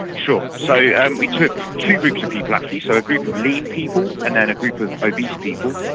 sure. so yeah and we took two groups of people actually, so a group of lean people and then a group of obese people.